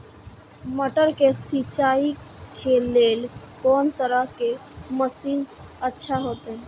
मटर के सिंचाई के लेल कोन तरह के मशीन अच्छा होते?